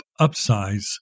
upsize